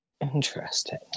Interesting